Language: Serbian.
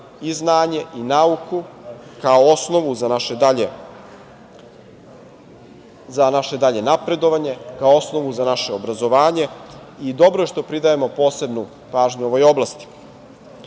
i znanje i nauku, kao osnovu za naše dalje napredovanje, kao osnovu za naše obrazovanje i dobro je što pridajemo posebnu pažnju ovoj